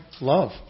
love